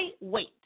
wait